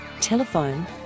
Telephone